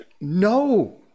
no